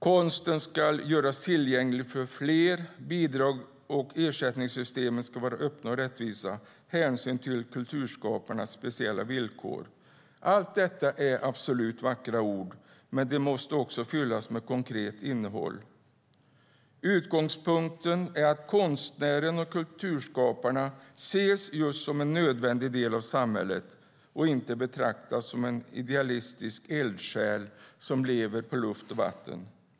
Konsten ska göras tillgänglig för fler. Bidrags och ersättningssystemen ska vara öppna och rättvisa, och hänsyn ska tas till kulturskaparnas speciella villkor. Allt detta är absolut vackra ord, men de måste också fyllas med konkret innehåll. Utgångspunkten är att konstnärerna och kulturskaparna ses som en nödvändig del av samhället och inte betraktas som idealistiska eldsjälar som lever på luft och vatten.